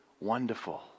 wonderful